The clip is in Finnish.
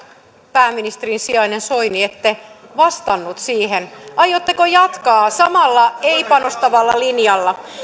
pääministerin sijainen soini ette vastannut siihen aiotteko jatkaa samalla ei panostavalla linjalla